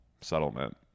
settlement